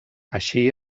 així